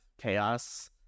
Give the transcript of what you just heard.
chaos